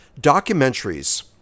documentaries